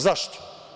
Zašto?